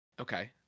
Okay